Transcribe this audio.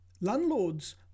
landlords